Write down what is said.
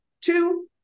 Two